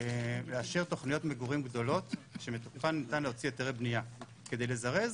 לאשר תוכניות מגורים גדולות שמתוקפן ניתן להוציא היתרי בנייה כדי לזרז